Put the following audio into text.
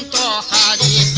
da da da